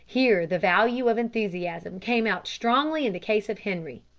here the value of enthusiasm came out strongly in the case of henri.